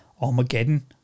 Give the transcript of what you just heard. Armageddon